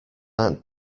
aunt